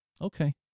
Okay